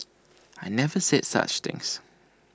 I never said such things